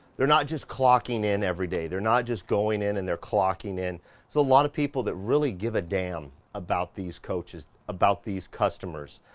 they're not just clocking in every day, they're not just going in and they're clocking in. there's so a lot of people that really give a damn about these coaches, about these customers.